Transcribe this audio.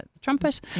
trumpet